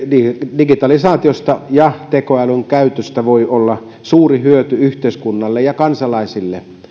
digitalisaatiosta ja tekoälyn käytöstä voi olla suuri hyöty yhteiskunnalle ja kansalaisille